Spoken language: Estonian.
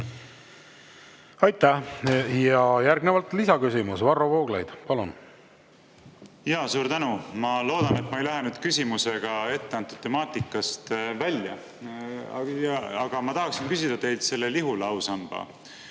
Aitäh! Ja järgnevalt lisaküsimus. Varro Vooglaid, palun! Suur tänu! Ma loodan, et ma ei lähe nüüd küsimusega etteantud temaatikast välja, aga ma tahaksin küsida teilt selle Lihula ausamba